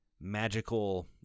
magical